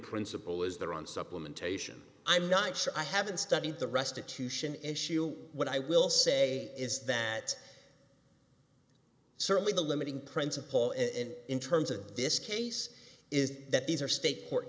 principle is there on supplementation i'm not sure i haven't studied the restitution issue what i will say is that certainly the limiting principle and in terms of this case is that these are state court